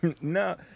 No